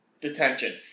detention